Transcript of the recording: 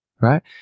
Right